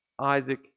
Isaac